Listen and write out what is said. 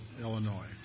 Illinois